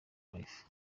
life